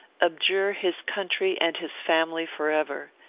abjure his country and his family forever.